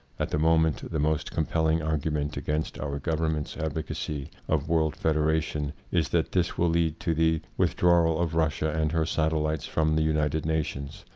at the moment the most compell ing argument against our govern ment's advocacy of world federation is that this will lead to the with drawal of russia and her satellites from the united nations,